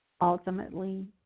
ultimately